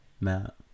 matt